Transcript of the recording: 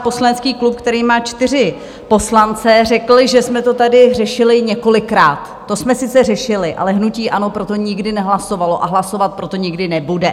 Poslanecký klub, který má čtyři poslance, řekl, že jsme to tady řešili několikrát to jsme sice řešili, ale hnutí ANO pro to nikdy nehlasovalo a hlasovat pro to nikdy nebude.